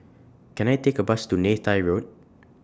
Can I Take A Bus to Neythai Road